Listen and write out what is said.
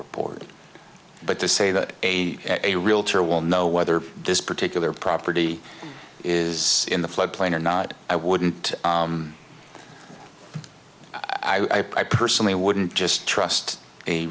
report but to say that a a realtor will know whether this particular property is in the flood plain or not i wouldn't i personally wouldn't just trust a